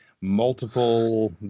multiple